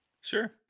sure